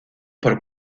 por